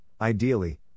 Ideally